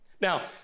Now